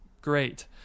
great